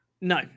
No